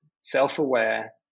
self-aware